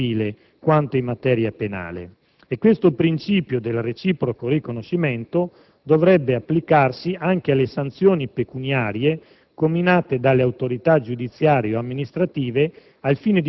che aveva sostanzialmente approvato il principio del reciproco riconoscimento, che dovrebbe diventare il fondamento della cooperazione giudiziaria nell'Unione, tanto in materia civile, quanto in materia penale.